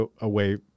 away